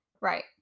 right